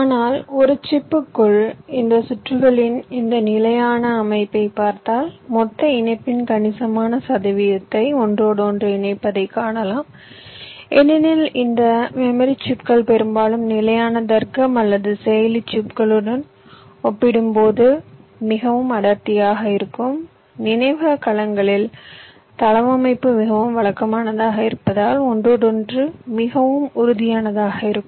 ஆனால் ஒரு சிப்க்குள் இந்த சுற்றுகளின் இந்த நிலையான அமைப்பைப் பார்த்தால் மொத்த இணைப்பின் கணிசமான சதவீதத்தை ஒன்றோடொன்று இணைப்பதை காணலாம் ஏனெனில் இந்த மெமரி சிப்கள் பெரும்பாலும் நிலையான தர்க்கம் அல்லது செயலி சிப்களுடன் ஒப்பிடும்போது மிகவும் அடர்த்தியாக இருக்கும் நினைவக கலங்களில் தளவமைப்பு மிகவும் வழக்கமானதாக இருப்பதால் ஒன்றோடொன்று மிகவும் உறுதியானதாக இருக்கும்